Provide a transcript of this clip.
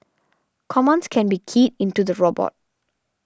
commands can be keyed into the robot